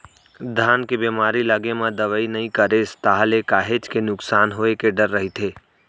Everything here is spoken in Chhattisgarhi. धान के बेमारी लगे म दवई नइ करेस ताहले काहेच के नुकसान होय के डर रहिथे